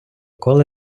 коле